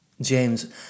James